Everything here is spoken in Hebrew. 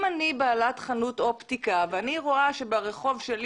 אם אני בעלת חנות אופטיקה ואני רואה שברחוב שלי